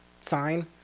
sign